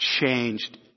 changed